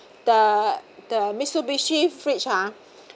the the mitsubishi fridge ha